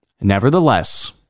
Nevertheless